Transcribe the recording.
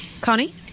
Connie